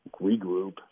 regroup